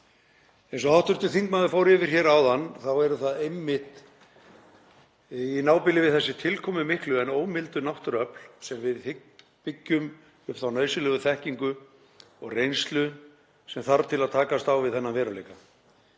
Eins og hv. þingmaður fór yfir hér áðan er það einmitt í nábýlinu við þessi tilkomumiklu en ómildu náttúruöfl sem við byggjum upp þá nauðsynlegu þekkingu og reynslu sem þarf til að takast á við þennan veruleika.